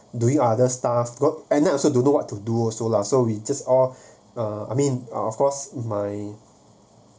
doing other stuff got end up also don't know what to do also lah so we just all uh I mean of course my